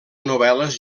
novel·les